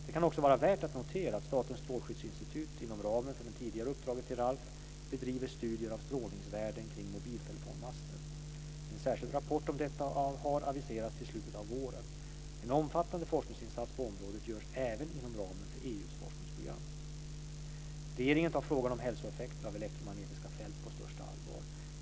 Det kan också vara värt att notera att Statens strålskyddsinstitut inom ramen för det tidigare uppdraget till RALF bedriver studier av strålningsvärden kring mobiltelefonmaster. En särskild rapport om detta har aviserats till slutet av våren. En omfattande forskningsinsats på området görs även inom ramen för EU:s forskningsprogram. Regeringen tar frågan om hälsoeffekter av elektromagnetiska fält på största allvar.